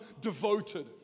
devoted